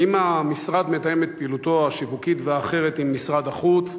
האם המשרד מתאם את פעילותו השיווקית והאחרת עם משרד החוץ?